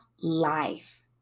life